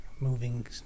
Moving